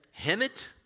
Hemet